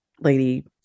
lady